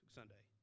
Sunday